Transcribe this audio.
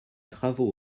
travaux